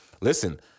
listen